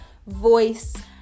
voice